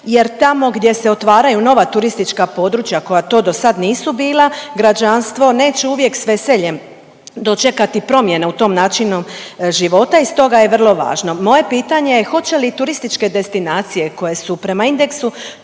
jer tamo gdje se otvaraju nova turistička područja, koja to do sad nisu bila, građanstvo neće uvijek s veseljem dočekati promjene u tom načinu života i stoga je vrlo važno. Moje pitanje je hoće li turističke destinacije koje su prema indeksu